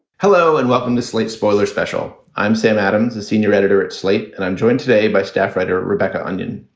hello and welcome to slate. spoiler special. i'm sam adams, a senior editor at slate, and i'm joined today by staff writer rebecca onion.